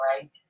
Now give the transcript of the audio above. right